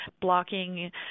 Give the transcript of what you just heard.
blocking